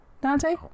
dante